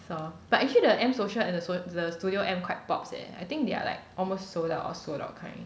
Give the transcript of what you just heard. saw but actually the M social and the the studio M quite pops eh I think they are like almost sold out or sold out kind